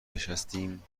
نشستیم